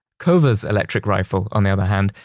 cover's electric rifle, on the other hand,